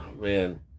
man